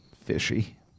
fishy